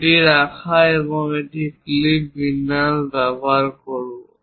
এটি রাখা আমরা এই ক্লিপ বিন্যাস ব্যবহার করব